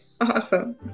Awesome